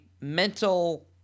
mental